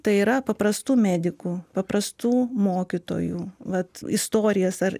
tai yra paprastų medikų paprastų mokytojų vat istorijas ar